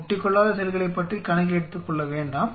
ஒட்டிக்கொள்ளாத செல்களைப் பற்றி கணக்கில் எடுத்துக்கொள்ள வேண்டாம்